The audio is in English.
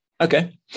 Okay